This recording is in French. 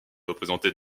représentée